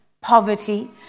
poverty